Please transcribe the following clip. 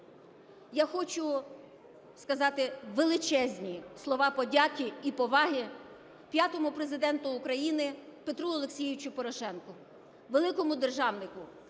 Я хочу сказати величезні слова подяки і поваги п'ятому Президенту України Петру Олексійовичу Порошенку, великому державнику,